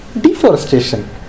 deforestation